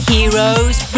Heroes